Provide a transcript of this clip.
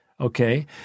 Okay